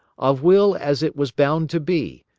of will as it was bound to be,